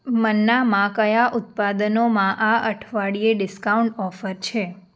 મન્નામાં કયા ઉત્પાદનોમાં આ અઠવાડિયે ડિસ્કાઉન્ટ ઓફર છે